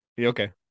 Okay